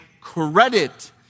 credit